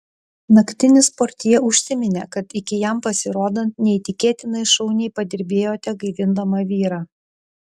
naktinis portjė užsiminė kad iki jam pasirodant neįtikėtinai šauniai padirbėjote gaivindama vyrą